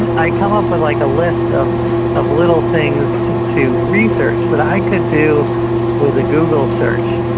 and i come up with like a list of of little things to research that i could do with a google search,